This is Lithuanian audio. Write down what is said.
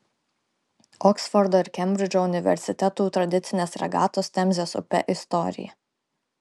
oksfordo ir kembridžo universitetų tradicinės regatos temzės upe istorija